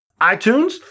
iTunes